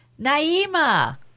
Naima